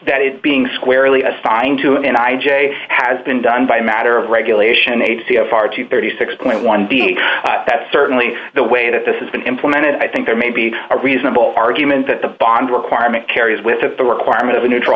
that is being squarely assigned to an i j has been done by a matter of regulation agency of parties thirty six point one being that certainly the way that this has been implemented i think there may be a reasonable argument that the bond requirement carries with the requirement of a neutral